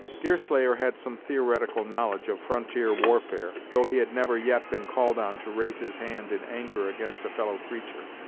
deerslayer had some theoretical knowledge of frontier warfare, though he had never yet been called on to raise his hand in anger against a fellow-creature.